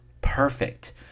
perfect